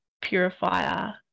purifier